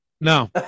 No